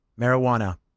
marijuana